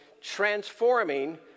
Transforming